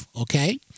Okay